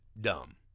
dumb